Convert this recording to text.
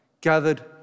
gathered